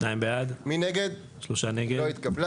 הצבעה בעד, 2 נגד, 3 נמנעים, 0 הרביזיה לא התקבלה.